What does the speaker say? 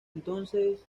entonces